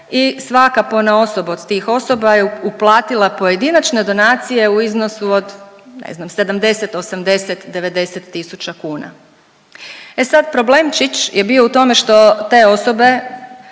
i svaka ponaosob od tih osoba je uplatila pojedinačne donacije u iznosu od ne znam 70, 80, 90 000 kuna. E sada problemčić je bio u tome što te osobe